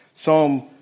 Psalm